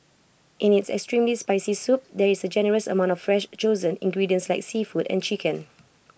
in its extremely spicy soup there is A generous amount of fresh chosen ingredients like seafood and chicken